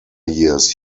years